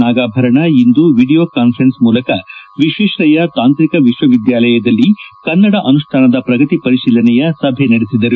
ನಾಗಾಭರಣ ಇಂದು video conference ಮೂಲಕ ವಿಶ್ವೇಶ್ವರಯ್ಯ ತಾಂತ್ರಿಕ ವಿಶ್ವವಿದ್ನಾಲಯದಲ್ಲಿ ಕನ್ನಡ ಅನುಷ್ಣಾನದ ಪ್ರಗತಿ ಪರಿಶೀಲನೆಯ ಸಭೆ ನಡೆಸಿದರು